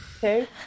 two